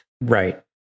right